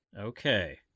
Okay